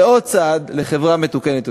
בעוד צעד, לחברה מתוקנת יותר.